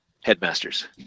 Headmasters